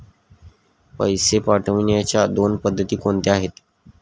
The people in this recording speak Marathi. पैसे पाठवण्याच्या दोन पद्धती कोणत्या आहेत?